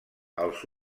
els